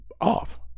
off